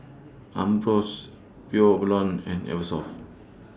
Ambros Pure Blonde and Eversoft